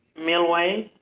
milwayi,